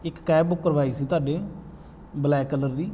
ਇੱਕ cab book ਕਰਵਾਈ ਸੀ ਤੁਹਾਡੇ ਬਲੈਕ ਕਲਰ ਦੀ